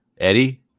Eddie